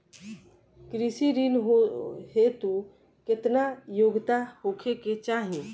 कृषि ऋण हेतू केतना योग्यता होखे के चाहीं?